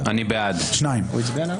גם אני מצטרף לבקשה.